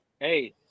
hey